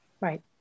right